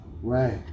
Right